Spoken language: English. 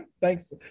thanks